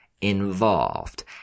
involved